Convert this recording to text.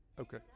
okay